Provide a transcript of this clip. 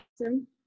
awesome